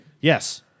Yes